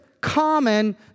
common